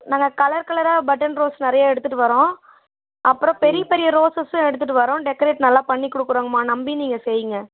நாங்கள் கலர் கலராக button rose நிறைய எடுத்துகிட்டு வரோம் அப்புறம் பெரிய பெரிய ரோசஸ்ஸும் எடுத்துகிட்டு வரோம் டெக்கரேட் நல்லா பண்ணிக் கொடுக்குறோங்கம்மா நம்பி நீங்கள் செய்யுங்க